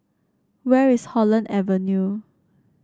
where is Holland Avenue